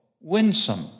winsome